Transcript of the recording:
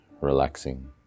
relaxing